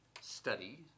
study